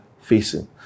facing